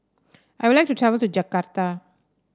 I would like to travel to Jakarta